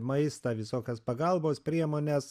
maistą visokias pagalbos priemones